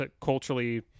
culturally